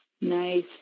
Nice